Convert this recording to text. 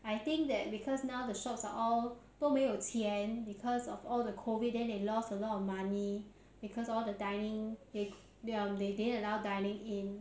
I think that because now the shops are all 都没有钱 because of all the COVID then they lost a lot of money because all the dining they they're they didn't allow dining in